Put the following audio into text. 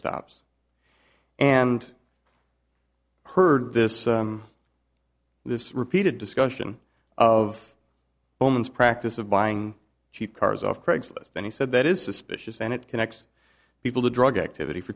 stops and heard this this repeated discussion of bowman's practice of buying cheap cars off craigslist and he said that is suspicious and it connects people to drug activity for